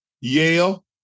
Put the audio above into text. Yale